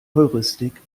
heuristik